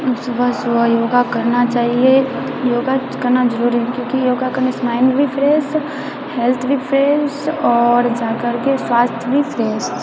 सुबह सुबह योगा करना चाहिए योगा करना जरुरी क्युकी योगा करनासँ माइंड भी फ्रेश हेल्थ भी फ्रेश आओर जाकरके स्वास्थ भी फ्रेश